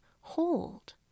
hold